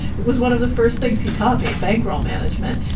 it was one of the first things he taught me. bankroll management,